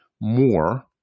more